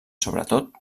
sobretot